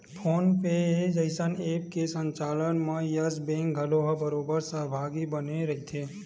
phone पे जइसन app के संचालन म यस बेंक ह घलोक बरोबर सहभागी बने होय रहिथे